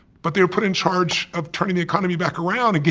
but they're put in charge of turning the economy back around and yeah